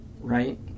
right